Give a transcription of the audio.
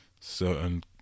certain